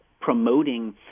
promoting